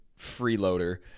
freeloader